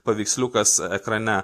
paveiksliukas ekrane